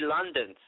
London